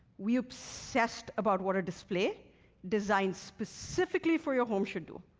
we obsessed about what a display designed specifically for your home should do.